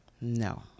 No